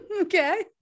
okay